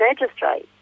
magistrate